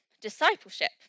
discipleship